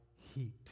heat